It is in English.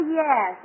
yes